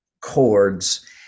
chords